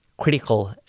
critical